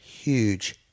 Huge